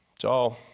it's all